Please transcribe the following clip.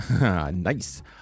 Nice